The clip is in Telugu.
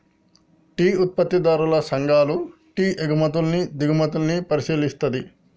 టీ ఉత్పత్తిదారుల సంఘాలు టీ ఎగుమతుల్ని దిగుమతుల్ని పరిశీలిస్తది